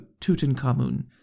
Tutankhamun